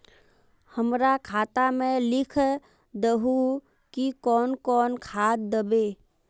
हमरा खाता में लिख दहु की कौन कौन खाद दबे?